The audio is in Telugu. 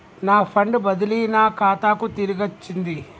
నా ఫండ్ బదిలీ నా ఖాతాకు తిరిగచ్చింది